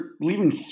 leaving